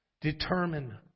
Determine